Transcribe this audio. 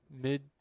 Mid